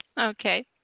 Okay